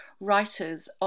writers